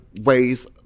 ways